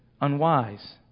unwise